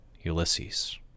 Ulysses